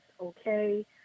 okay